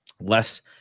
less